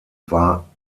war